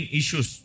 issues